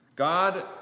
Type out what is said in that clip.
God